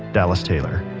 dallas taylor,